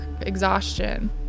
exhaustion